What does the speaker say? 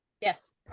Yes